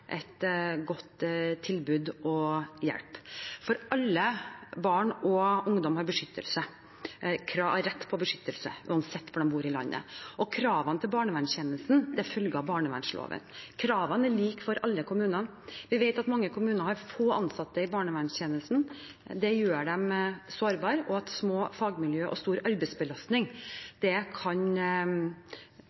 et godt tilbud og hjelp. Alle barn og ungdommer har rett på beskyttelse uansett hvor de bor i landet. Kravene til barnevernstjenesten følger av barnevernloven, og kravene er like for alle kommunene. Vi vet at mange kommuner har få ansatte i barnevernstjenesten – det gjør dem sårbare – og at små fagmiljø og stor arbeidsbelastning kan